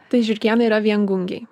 tai žiurkėnai yra viengungiai